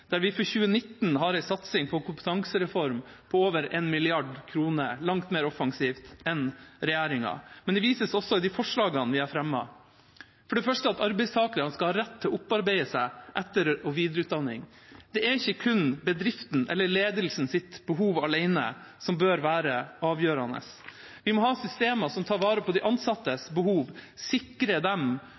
der vi for 2019 har en satsing på kompetansereform på over 1 mrd. kr – langt mer offensivt enn regjeringa. Men de vises også i de forslagene vi har fremmet. For det første er det et forslag om at arbeidstakerne skal ha rett til å opparbeide seg etter- og videreutdanning. Det er ikke kun bedriften eller ledelsens behov alene som bør være avgjørende. Vi må ha systemer som tar vare på de ansattes behov, sikre dem